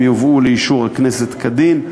והם יובאו לאישור הכנסת כדין.